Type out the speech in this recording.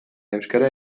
euskara